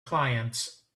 clients